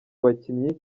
bakinnyi